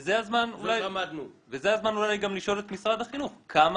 וזה הזמן אולי גם לשאול את משרד החינוך כמה